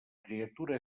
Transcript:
criatura